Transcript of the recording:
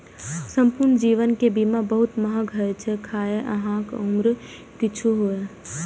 संपूर्ण जीवन के बीमा बहुत महग होइ छै, खाहे अहांक उम्र किछुओ हुअय